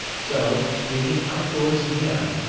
so, sneaking outdoors again,